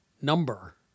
number